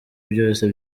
byose